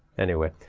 anyway